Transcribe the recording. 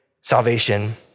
salvation